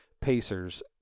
Pacers